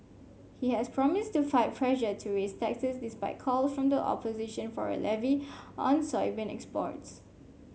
he has promised to fight pressure to raise taxes despite call from the opposition for a levy on soybean exports